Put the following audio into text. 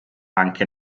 anche